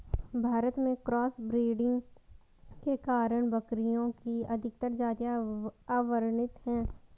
भारत में cross breeding के कारण बकरियों की अधिकतर जातियां अवर्णित है